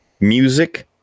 music